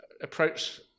approach